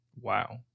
wow